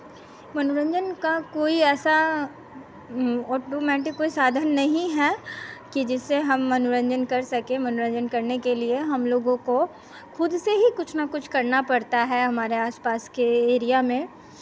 मनोरंजन का कोई ऐसा ऑटोमैटिक कोई साधन नहीं है कि जिससे हम मनोरंजन कर सके मनोरंजन करने के लिये हमलोगों को खुद से ही कुछ ना कुछ करना पड़ता हे हमारे आस पास के एरिया में